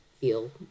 feel